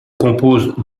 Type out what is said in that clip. compose